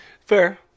Fair